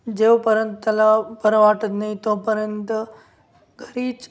जेव्हापर्यंत त्याला बरं वाटत नाही तोपर्यंत घरीच